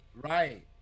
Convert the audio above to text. Right